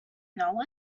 know